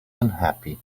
unhappy